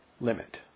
limit